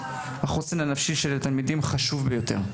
החוסן הנפשי של התלמידים חשוב ביותר.